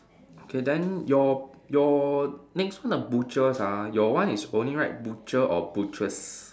okay then your your next one the butchers ah your one is only write butcher or butchers